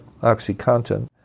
Oxycontin